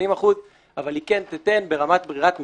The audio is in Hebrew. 80% - אבל היא כן תיתן ברמת ברירת מחדל,